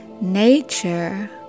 nature